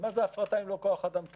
ומה זה הפרטה אם לא כוח אדם קבע.